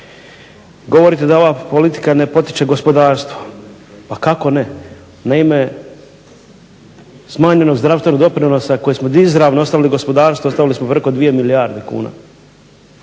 Govorite da ova politika ne potiče gospodarstvo. Pa kako ne, naime smanjenog zdravstvenog doprinosa koji smo izravno ostavili gospodarstvu, ostavili smo preko 2 milijarde kuna.